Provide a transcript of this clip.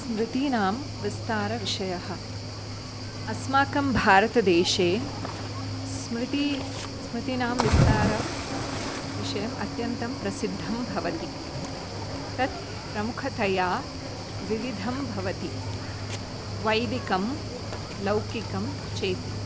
स्मृतीनां विस्तारविषयः अस्माकं भारतदेशे स्मृति स्मृतीनां विस्तारविषयम् अत्यन्तं प्रसिद्धं भवति तत् प्रमुखतया द्विविधं भवति वैदिकं लौकिकं चेति